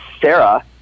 Sarah